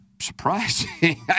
surprising